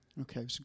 Okay